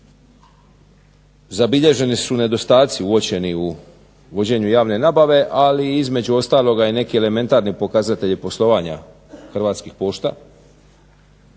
zabilježeni su nedostaci uočeni u vođenju javne nabave, ali i između ostaloga i neki elementarni pokazatelji poslovanja Hrvatskih pošta